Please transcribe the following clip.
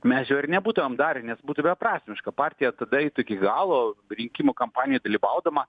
mes jo ir nebūtumėm darę nes būtų beprasmiška partija tada eitų iki galo rinkimų kampanijoj dalyvaudama